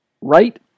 right